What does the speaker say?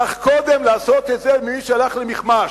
צריך קודם לעשות את זה למי שהלך למכמש,